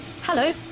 Hello